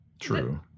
True